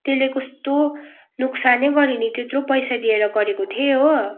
त्यसले कस्तो नोकसानै गर्यो नि त्यत्रो पैसा दिएर गरेको थिएँ हो